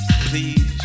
please